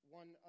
one